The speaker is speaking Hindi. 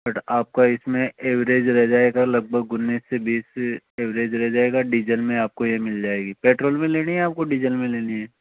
बट आपका इसमें एवरेज रह जाएगा लगभग उन्नीस से बीस एवरेज रह जाएगा डीजल में आपको यह मिल जाएगी पेट्रोल में लेनी है आपको डीजल में लेनी है